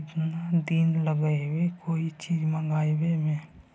केतना दिन लगहइ कोई चीज मँगवावे में?